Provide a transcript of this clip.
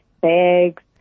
bags